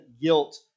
guilt